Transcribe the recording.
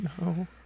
No